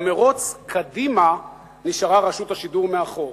במירוץ קדימה נשארה רשות השידור מאחור.